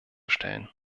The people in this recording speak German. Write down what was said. stellen